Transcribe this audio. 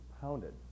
pounded